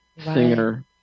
singer